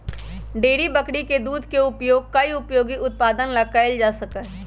dairy बकरी के दूध के उपयोग कई उपयोगी उत्पादन ला कइल जा सका हई